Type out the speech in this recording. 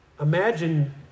imagine